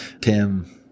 Tim